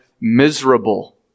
miserable